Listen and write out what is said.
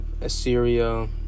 Assyria